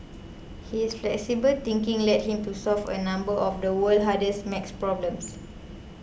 his flexible thinking led him to solve a number of the world's hardest math problems